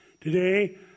Today